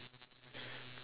quite interesting right